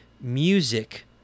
music